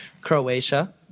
Croatia